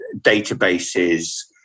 databases